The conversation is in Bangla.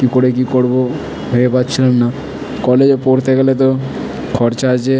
কি করে কি করবো ভেবে পাচ্ছিলাম না কলেজে পড়তে গেলে তো খরচা আছে